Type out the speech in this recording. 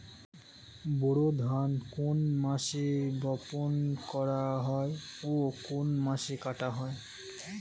বোরো ধান কোন মাসে বপন করা হয় ও কোন মাসে কাটা হয়?